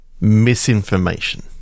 Misinformation